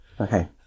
Okay